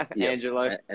angelo